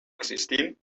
existint